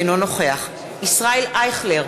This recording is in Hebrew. אינו נוכח ישראל אייכלר,